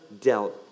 dealt